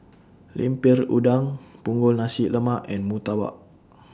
Lemper Udang Punggol Nasi Lemak and Murtabak